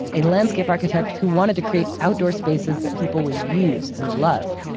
a landscape architect who wanted to create outdoor spaces that people would use and love.